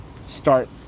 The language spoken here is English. start